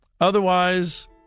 Otherwise